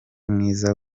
mwiza